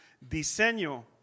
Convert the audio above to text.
diseño